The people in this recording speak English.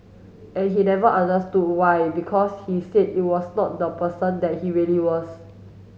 and he never understood why because he said it was not the person that he really was